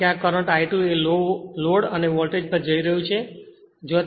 કારણ કે આ કરંટ I2 એ લોડ અને વોલ્ટેજ પર જઈ રહ્યું છે જ્યાં તે V2 છે